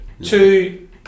Two